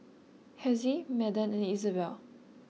Hezzie Madden and Izabelle